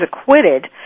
acquitted